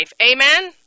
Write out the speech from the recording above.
Amen